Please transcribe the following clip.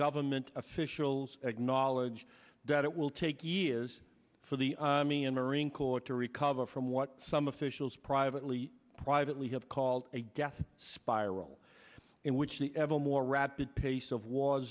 government officials acknowledge that it will take years for the me and marine corps to recover from what some officials privately privately have called a death spiral in which the evel more rapid pace of wa